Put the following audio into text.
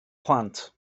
plant